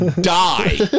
die